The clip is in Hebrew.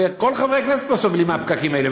וכל חברי הכנסת פה סובלים מהפקקים האלה.